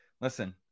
listen